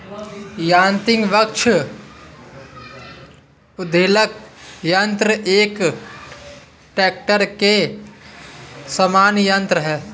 यान्त्रिक वृक्ष उद्वेलक यन्त्र एक ट्रेक्टर के समान यन्त्र है